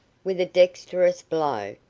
with a dexterous blow,